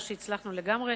לא הצלחנו לגמרי